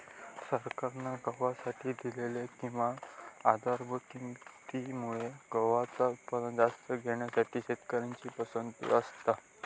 सरकारान गव्हासाठी दिलेल्या किमान आधारभूत किंमती मुळे गव्हाचा उत्पादन जास्त घेण्यासाठी शेतकऱ्यांची पसंती असता